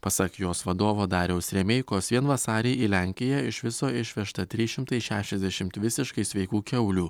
pasak jos vadovo dariaus remeikos vien vasarį į lenkiją iš viso išvežta trys šimtai šešiasdešimt visiškai sveikų kiaulių